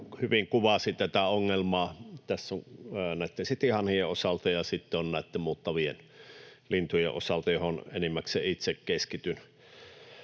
hyvin kuvasi tätä ongelmaa tässä näitten cityhanhien osalta ja sitten näitten muuttavien lintujen osalta, joihin enimmäkseen itse keskityn.